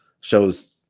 Shows